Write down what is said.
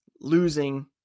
losing